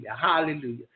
hallelujah